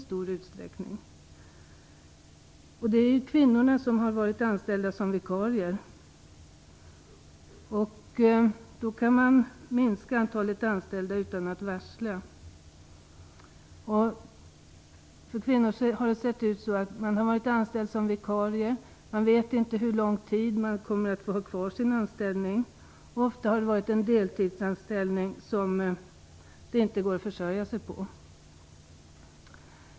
Det är då kvinnorna som har varit anställda som vikarier. Därigenom kan man minska antalet anställda utan att varsla. Kvinnor har varit anställda som vikarier utan att få veta hur länge de får ha kvar sin anställning. Ofta har det varit fråga om deltidsanställning som de inte har kunnat försörja sig på.